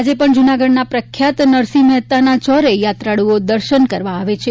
આજે પણ જૂનાગઢના પ્રખ્યાત નરસિંહ મેહતાના ચોરે યાત્રાળુઓ દર્શાનર્થે આવે છે